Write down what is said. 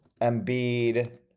Embiid